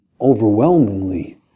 overwhelmingly